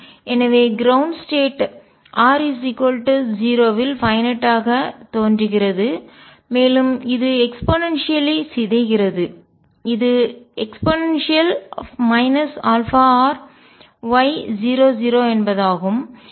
எனவே ground state நிலை r 0 இல் பைன்நட் ஆக வரையறுக்கப்பட்டதாக தோன்றுகிறது மேலும் இது எக்ஸ்போநன்சியலி அதிவேகமாக சிதைகிறது இது e αrY00 என்பதாகும்